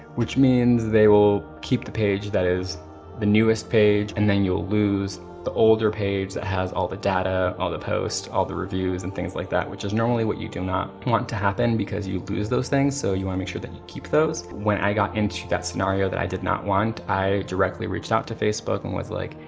which means they will keep the page that is the newest page and then you'll lose the older page that has all the data, all the posts, all the reviews and things like that, which is normally what you do not want to happen because you lose those things. so you wanna make sure that you keep those. when i got into that scenario that i did not want, i directly reached out to facebook and was like,